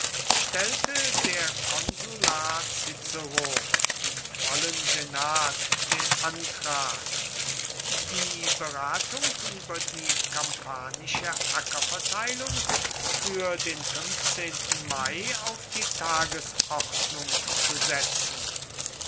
stellte der konsular cicero im vollen senat den antrag die beratung über die kampanische ackerverteilung für den mai auf die tagesordnung zu setzen